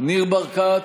ניר ברקת,